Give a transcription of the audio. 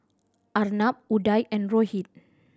Arnab Udai and Rohit